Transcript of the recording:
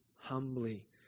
Humbly